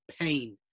pain